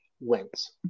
wins